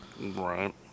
Right